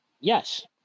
yes